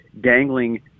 dangling